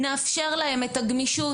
נאפשר להם את הגמישות,